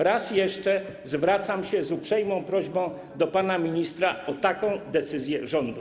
Raz jeszcze zwracam się z uprzejmą prośbą do pana ministra o taką decyzję rządu.